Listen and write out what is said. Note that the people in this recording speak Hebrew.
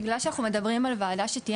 בגלל שאנחנו מדברים על ועדה שתהיה